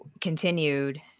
continued